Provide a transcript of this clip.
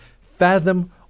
fathom